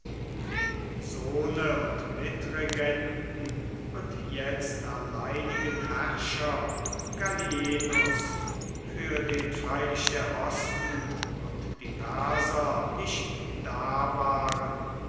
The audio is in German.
dem sohne und mitregenten und jetzt alleinigen herrscher gallienus für den freilich der osten und die perser nicht da waren